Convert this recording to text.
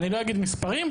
לא אגיד מספרים,